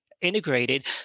integrated